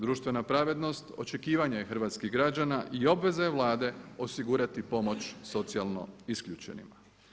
Društvena pravednost očekivanje je hrvatskih građana i obveza je Vlade osigurati pomoć socijalno isključenima.